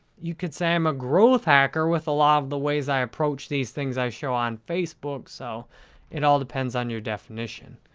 you could say i'm a growth hacker with a lot of the ways i approach these things i show on facebook, so it all depends on your definition.